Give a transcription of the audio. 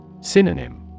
Synonym